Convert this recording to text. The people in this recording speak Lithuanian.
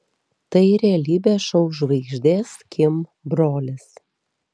tai realybės šou žvaigždės kim brolis